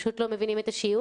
פשוט לא מבינים את השיעור,